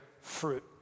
fruit